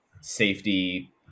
safety